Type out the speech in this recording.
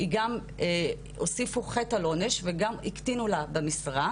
גם הוסיפו חטא על עונש וגם הקטינו לה במשרה,